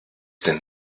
denn